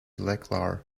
lekrjahre